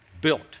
built